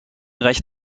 recht